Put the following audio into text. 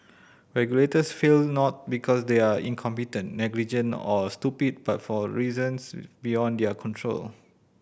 regulators fail not because they are incompetent negligent or stupid but for reasons beyond their control